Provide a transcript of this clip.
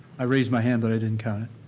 i raised my hand but i didn't count it.